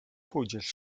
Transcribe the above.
pójdziesz